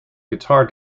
guitar